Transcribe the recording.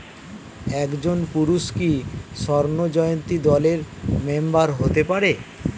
একজন পুরুষ কি স্বর্ণ জয়ন্তী দলের মেম্বার হতে পারে?